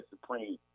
supreme